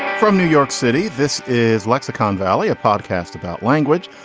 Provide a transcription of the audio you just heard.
from new york city, this is lexicon valley, a podcast about language.